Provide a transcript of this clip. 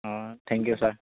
অঁ thank you sir